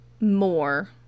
more